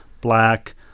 black